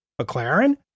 mclaren